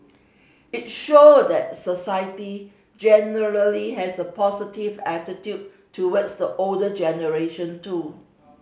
it showed that society generally has a positive attitude towards the older generation too